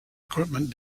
equipment